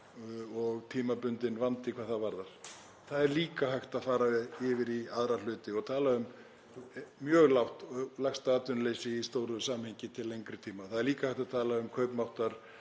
og tímabundinn vandi hvað það varðar. Það er líka hægt að fara yfir í aðra hluti og tala um mjög lágt og lægsta atvinnuleysi í stóru samhengi til lengri tíma. Það er líka hægt að tala um kaupmáttaraukningu